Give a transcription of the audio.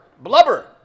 Blubber